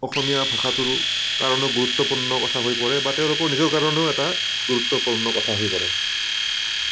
আসমীয়া ভাষাটোৰ কাৰণেও গুৰুত্বপূৰ্ণ কথা হৈ পৰে বা তেওঁলোকৰ নিজৰ কাৰণেও এটা গুৰুত্বপূৰ্ণ কথা হৈ পৰে